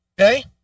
Okay